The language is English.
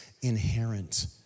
inherent